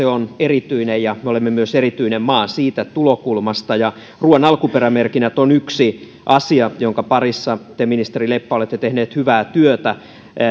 on erityinen ja me olemme myös erityinen maa siitä tulokulmasta ruuan alkuperämerkinnät ovat yksi asia jonka parissa te ministeri leppä olette tehnyt hyvää työtä